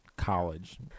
college